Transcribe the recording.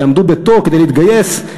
יעמדו בתור כדי להתגייס,